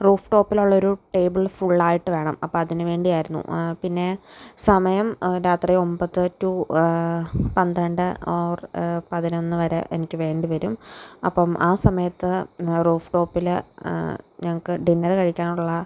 റൂഫ്ടോപ്പിൽ ഉള്ള ഒരു ടേബിൾ ഫുള്ളായിട്ട് വേണം അപ്പം അതിനുവേണ്ടി ആയിരുന്നു പിന്നെ സമയം രാത്രി ഒമ്പത് ടു പന്ത്രണ്ട് ഓർ പതിനൊന്നു വരെ എനിക്ക് വേണ്ടി വരും അപ്പം ആ സമയത്ത് റൂഫ് ടോപ്പില് ഞങ്ങൾക്ക് ഡിന്നറ് കഴിക്കാനുള്ള